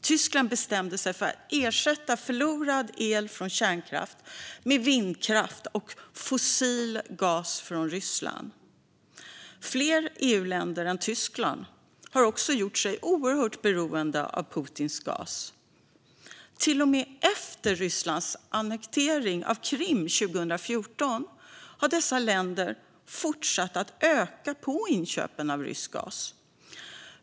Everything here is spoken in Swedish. Tyskland bestämde sig för att ersätta förlorad el från kärnkraft med vindkraft och fossil gas från Ryssland. Fler EU-länder än Tyskland har också gjort sig oerhört beroende av Putins gas. Till och med efter Rysslands annektering av Krim 2014 har dessa länder fortsatt att öka inköpen av rysk gas.